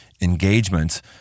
engagement